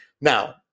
now